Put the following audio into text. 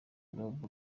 rob